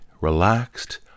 relaxed